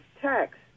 tax